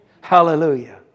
Hallelujah